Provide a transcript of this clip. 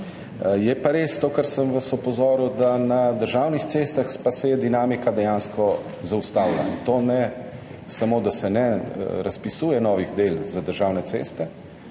Je pa res to, na kar sem vas opozoril – na državnih cestah se je pa dinamika dejansko zaustavila. Ne samo, da se ne razpisuje novih del za državne ceste,